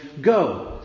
Go